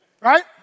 Right